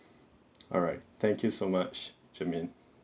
alright thank you so much jermaine